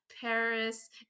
paris